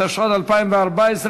התשע"ד 2014,